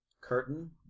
curtain